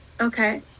Okay